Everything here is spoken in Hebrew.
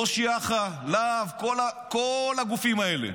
ראש יח"א, לה"ב, כל הגופים האלה,